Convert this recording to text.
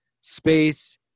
space